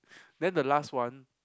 then the last one